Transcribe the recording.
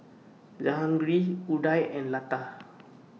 Jehangirr Udai and Lata